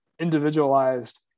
individualized